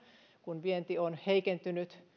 kun vienti on heikentynyt